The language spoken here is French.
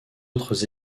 autres